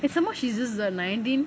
and some more she is just nineteen